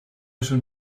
schon